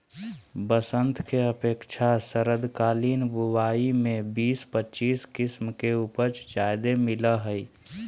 बसंत के अपेक्षा शरदकालीन बुवाई में बीस पच्चीस किस्म के उपज ज्यादे मिलय हइ